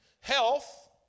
Health